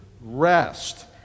rest